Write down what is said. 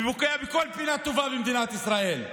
ופוגע בכל פינה טובה במדינת ישראל.